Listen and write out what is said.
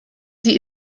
sie